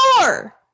more